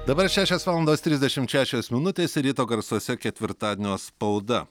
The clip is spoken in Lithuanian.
dabar šešios valandos trisdešimt šešios minutės ir ryto garsuose ketvirtadienio spauda